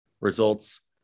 results